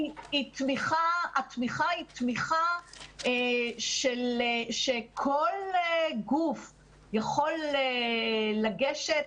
התמיכה היא תמיכה שכל גוף יכול לגשת,